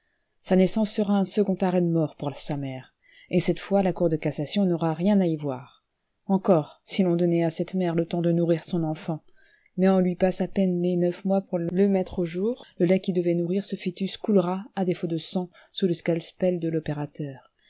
sa naissance sera un second arrêt de mort pour sa mère et cette fois la cour de cassation n'aura rien à y voir encore si l'on donnait à cette mère le temps de nourrir son enfant mais on lui passe à peine les neuf mois pour le mettre au jour le lait qui devait nourrir ce foetus coulera à défaut de sang sous le scalpel de l'opérateur